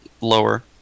lower